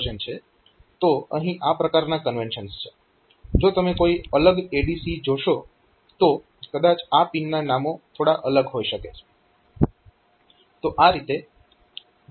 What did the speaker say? તો અહીં આ પ્રકારના કન્વેનશન્સ છે જો તમે કોઈ અલગ ADC જોશો તો કદાચ આ પિનના નામો થોડા અલગ હોઈ શકે